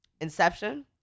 Inception